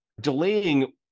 delaying